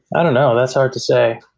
i don't know. that's hard to say.